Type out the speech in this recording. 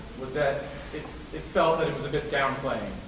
was that it it felt that it was a bit downplaying,